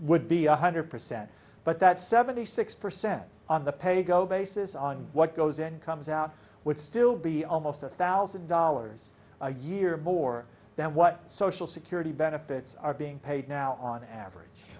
would be one hundred percent but that seventy six percent on the pay go basis on what goes in comes out would still be almost a thousand dollars a year more than what social security benefits are being paid now on average